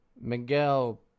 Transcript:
Miguel